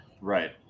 Right